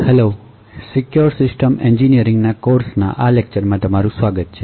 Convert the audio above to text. hello secure system એન્જિનિયરિંગના કોર્સમાં આ લેક્ચરમાં સ્વાગત છે